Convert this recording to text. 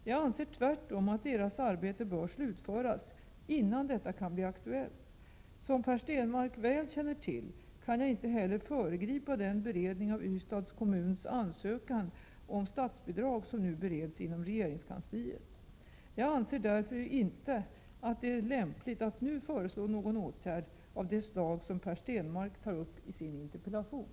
Jag anser tvärtom att deras arbete bör slutföras, innan detta kan bli aktuellt. Som Per Stenmarck väl känner till kan jag inte heller föregripa den beredning av Ystads kommuns ansökan om statsbidrag som nu bereds inom regeringskansliet. Jag anser därför inte att det är lämpligt att nu föreslå någon åtgärd av det slag som Per Stenmarck tar upp i sin interpellation.